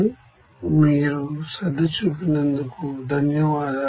కాబట్టి ఇక్కడ మీరు శ్రద్ధచూపినందుకు ధన్యవాదాలు